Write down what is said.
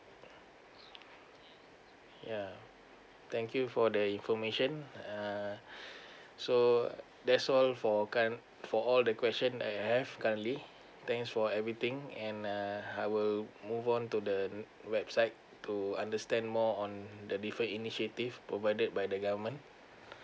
yeah thank you for the information uh so that's all for cur~ for all the questions that I have currently thanks for everything and uh I will move on to the website to understand more on the different initiatives provided by the government